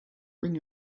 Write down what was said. bring